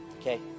okay